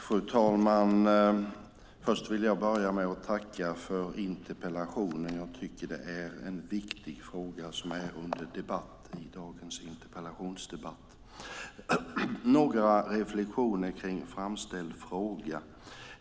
Fru talman! Jag vill börja med att tacka för interpellationen. Jag tycker att det är en viktig fråga som är under diskussion i dagens interpellationsdebatt. Några reflexioner har jag kring framställd fråga.